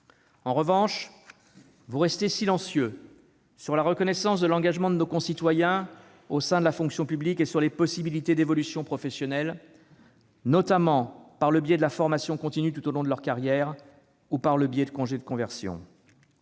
En revanche, vous restez silencieux sur la reconnaissance de l'engagement de nos concitoyens au sein de la fonction publique et sur les possibilités d'évolutions professionnelles, notamment par le biais de la formation continue, tout au long de leur carrière, ou de congés de conversion.